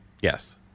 yes